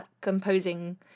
composing